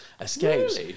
Escapes